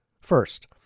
First